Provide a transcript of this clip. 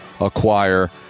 acquire